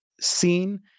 seen